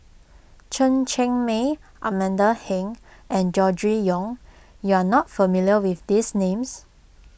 Chen Cheng Mei Amanda Heng and Gregory Yong you are not familiar with these names